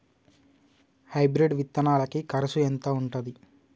Hybrid విత్తనాలకి కరుసు ఎంత ఉంటది?